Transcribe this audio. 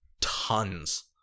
tons